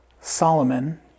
Solomon